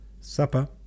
Supper